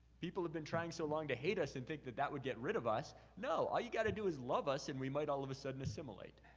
people have been trying so long to hate us and think that that would get rid of us. no, all you gotta do is love us, and we might all of a sudden assimilate.